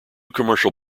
commercial